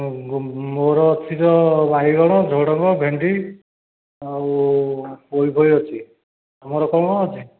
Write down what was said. ମୋର ଅଛି ତ ବାଇଗଣ ଝୁଡ଼ଙ୍ଗ ଭେଣ୍ଡି ଆଉ ପୋଇଫୋଇ ଅଛି ତୁମର କ'ଣ ଅଛି